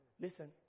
Listen